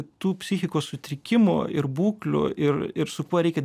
tų psichikos sutrikimų ir būklių ir ir su kuo reikia